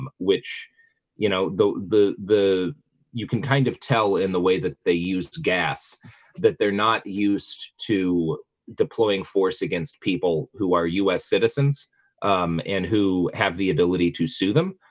um which you know the the the you can kind of tell in the way that they used gas that they're not used to deploying force against people who are us citizens, um and who have the ability to sue them?